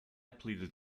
pleaded